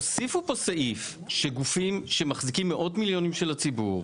הוסיפו פה סעיף שגופים שמחזיקים מאות מיליונים של הציבור,